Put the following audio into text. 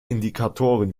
indikatoren